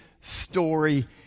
story